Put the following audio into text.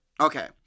Okay